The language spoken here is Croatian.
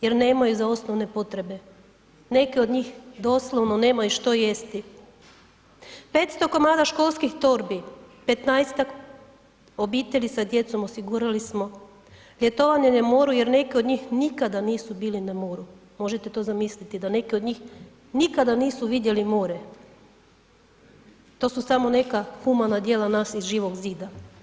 Jel nemaju za osnovne potrebe, neke od njih doslovno nemaju što jesti, 500 komada školskih torbi, 15-tak obitelji sa djecom osigurali smo ljetovanje na moru jer neki od njih nikada nisu bili na moru, možete to zamisliti da neki od njih nikada nisu vidjeli more, to su samo neka humana djela nas iz Živog zida.